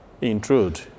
intrude